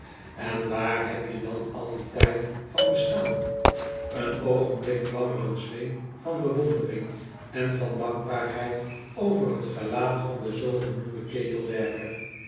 en waar heb je dan al dien tijd van bestaan een oogenblik kwam er een zweem van bewondering en van dankbaarheid over het gelaat van den